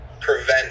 prevent